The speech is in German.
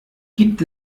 gibt